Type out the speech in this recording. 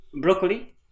Broccoli